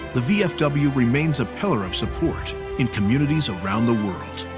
the vfw remains a pillar of support in communities around the world,